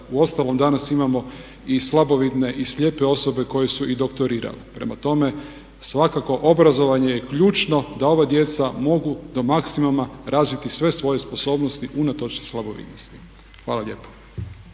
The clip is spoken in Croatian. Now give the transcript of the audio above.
Uostalom danas imamo i slabovidne i slijepe osobe koje su i doktorirale. Prema tome, svakako obrazovanje je ključno da ova djeca mogu do maksimuma razviti sve svoje sposobnosti unatoč slabovidnosti. Hvala lijepo.